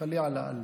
זה ח'ליהא לאללה.